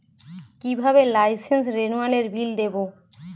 কিভাবে লাইসেন্স রেনুয়ালের বিল দেবো?